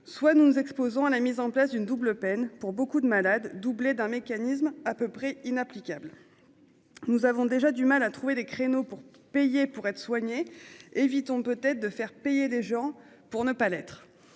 Soit nous nous exposons à la mise en place d'une double peine pour beaucoup de malades doublé d'un mécanisme à peu près inapplicable. Nous avons déjà du mal à trouver des créneaux pour payer pour être soignés. Évitons peut-être de faire payer les gens pour ne pas l'être.